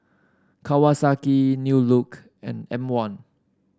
Kawasaki New Look and M one